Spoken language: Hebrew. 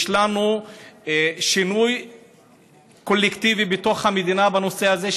יש לנו שינוי קולקטיבי בתוך המדינה בנושא הזה,